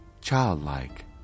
childlike